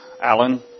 Alan